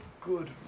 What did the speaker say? good